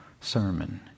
sermon